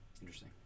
interesting